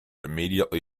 immediately